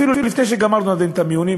אפילו לפני שגמר את המיונים,